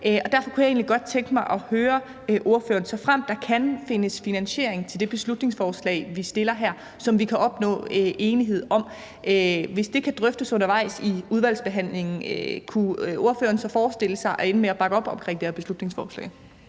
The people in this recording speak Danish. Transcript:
Derfor kunne jeg egentlig godt tænke mig at høre ordføreren: Såfremt der kan findes finansiering til det beslutningsforslag, vi fremsætter her, som vi kan opnå enighed om, og det kan drøftes undervejs i udvalgsbehandlingen, kunne ordføreren så forestille sig at ende med at bakke op om det her beslutningsforslag?